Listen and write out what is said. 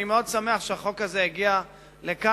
אני מאוד שמח שהחוק הזה הגיע לכאן,